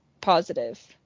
positive